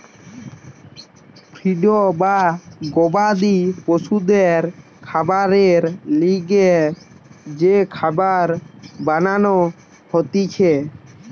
feed বা গবাদি পশুদের খাবারের লিগে যে খাবার বানান হতিছে